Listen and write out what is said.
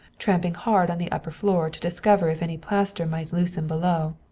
tramping hard on the upper floor to discover if any plaster might loosen below,